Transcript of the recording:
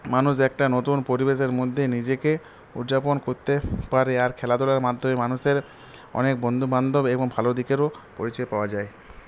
মানুষ একটা নতুন পরিবেশের মধ্যে নিজেকে উদযাপন করতে পারে আর খেলাধূলার মাধ্যমে মানুষের অনেক বন্ধু বান্ধব এবং ভালো দিকেরও পরিচয় পাওয়া যায়